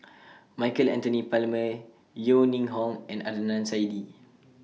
Michael Anthony Palmer Yeo Ning Hong and Adnan Saidi